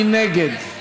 מי נגד?